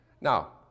Now